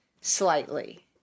slightly